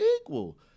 equal